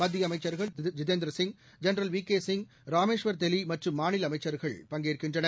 மத்திய அமைச்சா்கள் திரு Jitendra Singh general V K Singh Rameswar Teli மற்றும் மாநில அமைச்ச்கள் பங்கேற்கின்றனர்